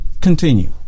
Continue